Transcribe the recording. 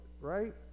right